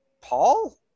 Paul